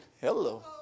Hello